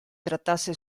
trattasse